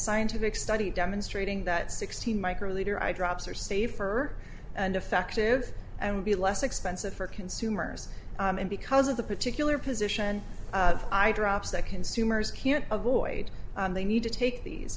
scientific study demonstrating that sixteen micro leader eyedrops are safer and effective and would be less expensive for consumers and because of the particular position i drops that consumers can't avoid they need to take these